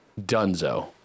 Dunzo